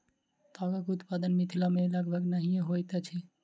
तागक उत्पादन मिथिला मे लगभग नहिये होइत अछि